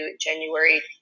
january